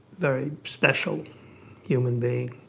very special human being.